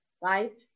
Right